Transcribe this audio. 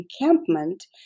encampment